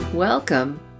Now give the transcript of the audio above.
Welcome